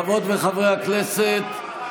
חברות וחברי הכנסת,